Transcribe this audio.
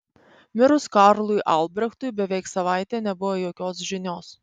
mirus karlui albrechtui beveik savaitę nebuvo jokios žinios